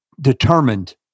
determined